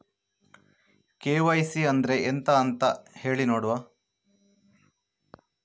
KYC ಅಂದ್ರೆ ಎಂತ ಹೇಳಿ ನೋಡುವ?